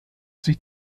sich